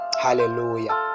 Hallelujah